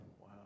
Wow